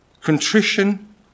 contrition